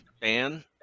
Dan